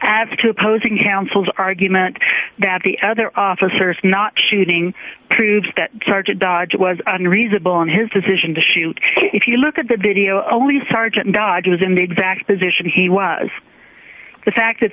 the two opposing counsel as argument that the other officers not shooting proves that sergeant dodge was unreasonable in his decision to shoot if you look at the video only sergeant dodge was in the exact position he was the fact that